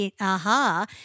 Aha